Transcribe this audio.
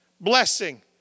blessing